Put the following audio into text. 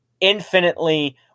infinitely